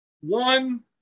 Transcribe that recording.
one